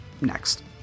Next